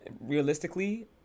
realistically